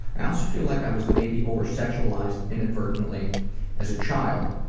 i also feel like i was maybe over-sexualized inadvertently as a child.